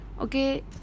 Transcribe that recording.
okay